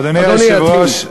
אדוני יתחיל.